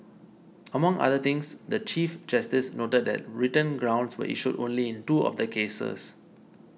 among other things the Chief Justice noted that written grounds were issued only in two of the cases